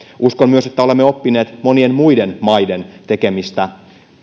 uskon myös että olemme oppineet monien muiden maiden tekemistä